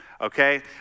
okay